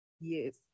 Yes